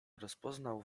rozpoznał